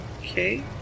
Okay